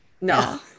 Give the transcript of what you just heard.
No